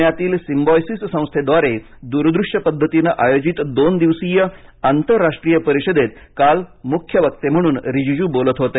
पुण्यातील सिंबायोसिस संस्थेद्वारे दूरदृश्य पद्धतीने आयोजित दोन दिवसीय आंतरराष्ट्रीय परिषदेत काल मुख्य वक्ते म्हणून रिजिजू बोलत होते